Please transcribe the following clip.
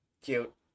Cute